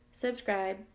subscribe